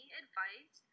advice